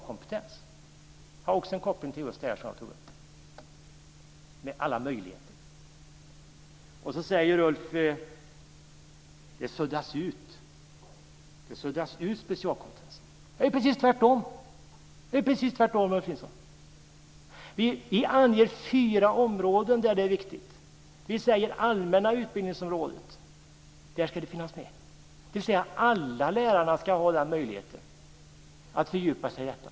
Det har också en koppling till det jag tog upp om alla möjligheter. Ulf Nilsson säger dessutom att specialkompetensen suddas ut. Det är precis tvärtom, Ulf Nilsson. Vi anger fyra områden där den är viktig. Vi säger att den ska finnas med på det allmänna utbildningsområdet, dvs. alla lärare ska ha möjligheten att fördjupa sig i detta.